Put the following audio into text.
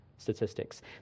statistics